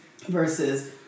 Versus